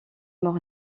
mort